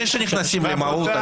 לפני שנכנסים למהות,